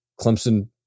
Clemson